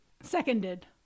Seconded